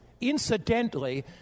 Incidentally